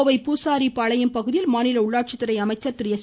கோவை பூசாரி பாளையம் பகுதியில் மாநில உள்ளாட்சித்துறை அமைச்சர் எஸ்